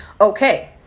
okay